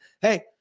Hey